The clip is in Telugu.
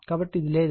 కాబట్టి ఇది లేదు